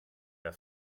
der